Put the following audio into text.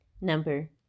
Number